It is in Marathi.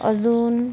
अजून